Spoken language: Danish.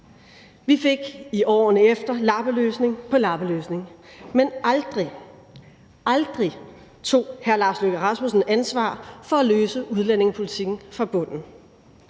Vi fik i årene efter lappeløsning på lappeløsning, men aldrig – aldrig – tog hr. Lars Løkke Rasmussen ansvar for at løse udlændingepolitikken fra bunden.